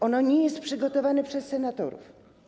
Ono nie jest przygotowane przez senatorów.